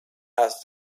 asked